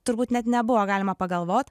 turbūt net nebuvo galima pagalvot